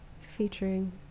Featuring